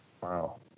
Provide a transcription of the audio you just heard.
Wow